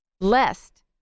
lest